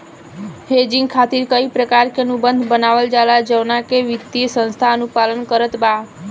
hedging खातिर कई प्रकार के अनुबंध बनावल जाला जवना के वित्तीय संस्था अनुपालन करत बा